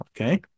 Okay